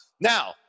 Now